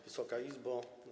Wysoka Izbo!